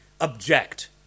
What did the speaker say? object